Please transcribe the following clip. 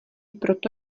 proto